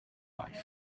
life